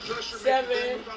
seven